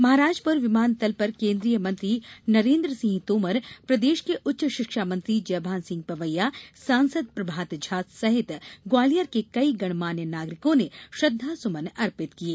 महाराजपुरा विमानतल पर केन्द्रीय मंत्री नरेन्द्र सिंह तोमर प्रदेश के उच्च शिक्षा मंत्री जयभान सिंह पवैया सांसद प्रभात झा सहित ग्वालियर के कई गणमान्य नागरिकों ने श्रद्वा सुमन अर्पित किये